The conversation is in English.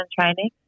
training